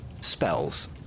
spells